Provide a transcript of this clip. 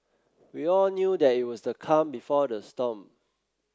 we all knew that it was the calm before the storm